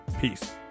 Peace